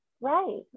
right